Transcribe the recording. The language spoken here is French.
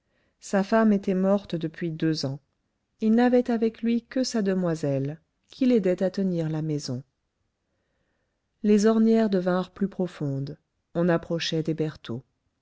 sa femme était morte depuis deux ans il n'avait avec lui que sa demoiselle qui l'aidait à tenir la maison les ornières devinrent plus profondes on approchait des bertaux